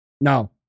No